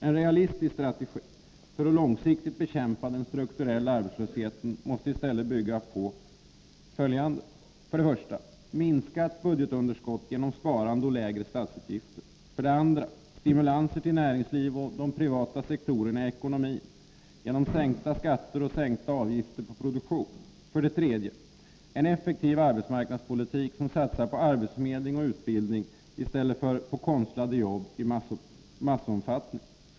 En realistisk strategi för att långsiktigt bekämpa den växande strukturella arbetslösheten måste i stället bygga på: 2. Stimulanser till näringsliv och de privata sektorerna i ekonomin genom sänkta skatter och sänkta avgifter på produktionen. 3. En effektiv arbetsmarknadspolitik, som satsar på arbetsförmedling och utbildning i stället för på konstlade jobb i massomfattning.